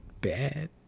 bad